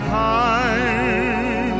time